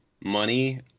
money